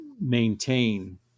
maintain